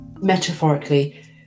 metaphorically